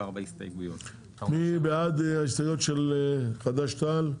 מי בעד ההסתייגויות של חד"ש-תע"ל?